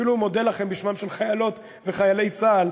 אפילו מודה לכם בשמם של חיילות וחיילי צה"ל